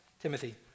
Timothy